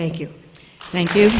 thank you thank you